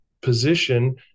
position